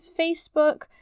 Facebook